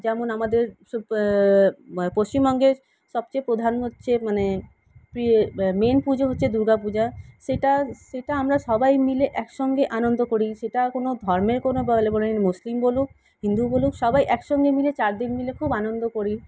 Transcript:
যেমন আমাদের সব পশ্চিমবঙ্গের সবচেয়ে প্রধান হচ্ছে মানে মেন পুজো হচ্ছে দুর্গা পূজা সেটা সেটা আমরা সবাই মিলে একসঙ্গে আনন্দ করি সেটা কোনো ধর্মের কোনো মুসলিম বলুক হিন্দু বলুক সবাই একসঙ্গে মিলে চারদিন মিলে খুব আনন্দ করি